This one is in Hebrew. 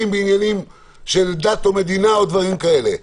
בעניינים של דת ומדינה או דברים כאלה,